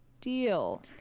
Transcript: deal